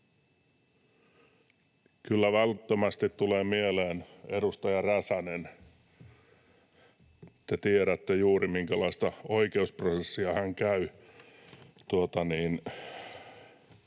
Kyllä välittömästi tulee mieleen edustaja Räsänen. Te tiedätte, minkälaista oikeusprosessia hän